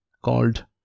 called